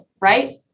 Right